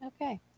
Okay